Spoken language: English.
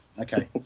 Okay